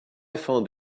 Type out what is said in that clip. found